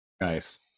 Nice